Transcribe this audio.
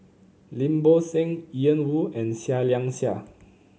Lim Bo Seng Ian Woo and Seah Liang Seah